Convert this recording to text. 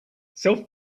self